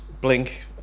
Blink